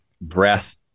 breath